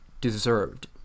deserved